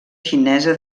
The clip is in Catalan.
xinesa